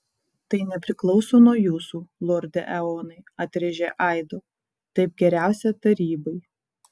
tai nepriklauso nuo jūsų lorde eonai atrėžė aido taip geriausia tarybai